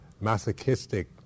masochistic